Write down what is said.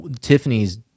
Tiffany's